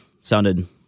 sounded